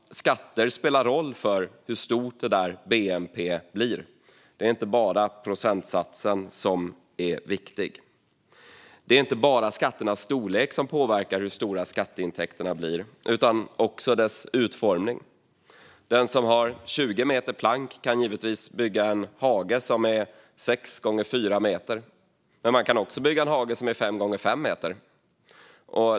Skatter spelar roll för hur stort bnp blir. Det är inte bara procentsatsen som är viktig. Det är inte bara skatternas storlek som påverkar hur stora skatteintäkterna blir utan också deras utformning. Den som har 20 meter plank kan givetvis bygga en hage som är 6 gånger 4 meter. Men man kan också bygga en hage som är 5 gånger 5 meter.